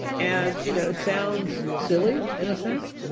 and you know it sounds silly in a sense,